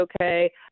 okay